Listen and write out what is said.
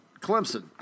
Clemson